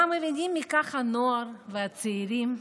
מה מבינים מכך הנוער והצעירים?